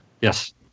Yes